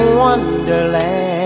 wonderland